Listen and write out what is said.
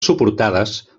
suportades